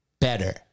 better